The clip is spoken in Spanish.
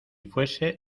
fuese